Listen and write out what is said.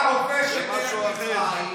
ומי היה הרופא של מלך מצרים?